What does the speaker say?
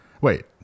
Wait